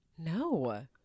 No